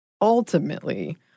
ultimately